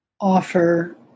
offer